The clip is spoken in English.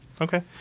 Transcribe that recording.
Okay